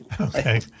Okay